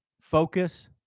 focus